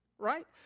right